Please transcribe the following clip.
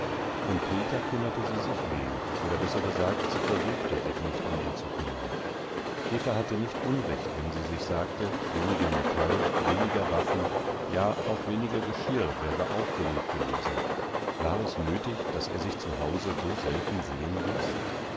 um peter kümmerte sie sich wenig oder besser gesagt sie versuchte sich nicht um ihn zu kümmern eva hatte nicht unrecht wenn sie sich sagte weniger metall weniger waffen ja auch weniger geschirr wäre auch genug gewesen war es nötig daß er sich zu hause so selten sehen ließ